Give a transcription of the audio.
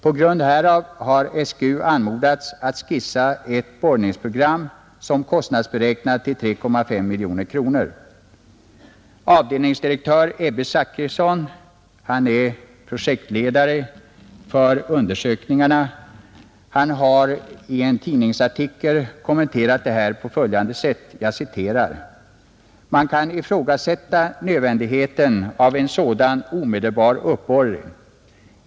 På grund härav har SGU anmodats att skissa ett borrningsprogram som kostnadsberäknats till 3,5 miljoner kronor. Avdelningsdirektör Ebbe Zachrisson, projektledare för undersökningarna, har i en tidningsartikel kommenterat detta på följande sätt: ”Man kan ifrågasätta nödvändigheten av en sådan omedelbar uppborrning.